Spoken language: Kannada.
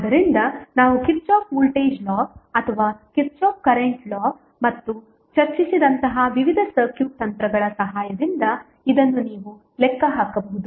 ಆದ್ದರಿಂದ ನಾವು ಕಿರ್ಚಾಫ್ ವೋಲ್ಟೇಜ್ ಲಾ ಅಥವಾ ಕಿರ್ಚಾಫ್ ಕರೆಂಟ್ ಲಾ ಮತ್ತು ಚರ್ಚಿಸಿದಂತಹ ವಿವಿಧ ಸರ್ಕ್ಯೂಟ್ ತಂತ್ರಗಳ ಸಹಾಯದಿಂದ ಇದನ್ನು ನೀವು ಲೆಕ್ಕ ಹಾಕಬಹುದು